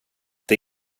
det